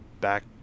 back